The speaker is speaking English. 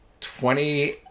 Twenty